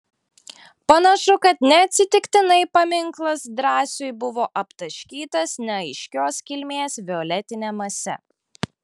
panašu kad neatsitiktinai paminklas drąsiui buvo aptaškytas neaiškios kilmės violetine mase